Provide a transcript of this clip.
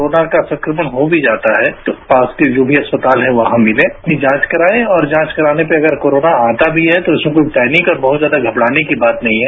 corona का संक्रमण हो भी जाता है तो पास के र्जा भी अस्पताल हैं कहां मिलें अपनी जांच कराएं और जांच कराने के अगर कोरोना आता भी है इसमें कोई पैनिक या बहत ज्यादा घबराने की बात नहीं है